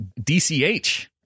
DCH